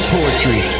Poetry